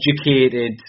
educated